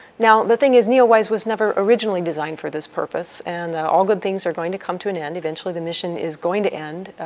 now the thing is, neowise was never originally designed for this purpose, and all good things are going to come to an end. eventually the mission is going to end.